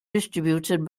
distributed